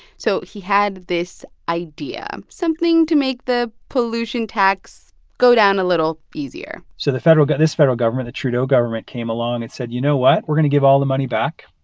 so he had this idea something to make the pollution tax go down a little easier so the federal this federal government, the trudeau government, came along and said, you know what? we're going to give all the money back.